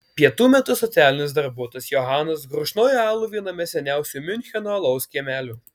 pietų metu socialinis darbuotojas johanas gurkšnoja alų viename seniausių miuncheno alaus kiemelių